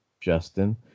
Justin